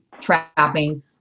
trapping